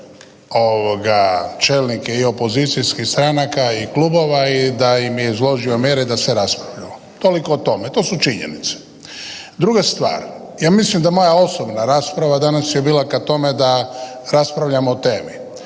čelnike i opozicijskih stranaka i klubova i da im je izložio mjere da se raspravljamo. Toliko o tome, to su činjenice. Druga stvar, ja mislim da moja osobna rasprava danas je bila ka tome da raspravljamo o temi.